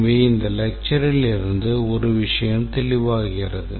எனவே இந்த lectureலிருந்து ஒரு விஷயம் தெளிவாகிறது